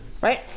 Right